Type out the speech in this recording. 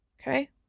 okay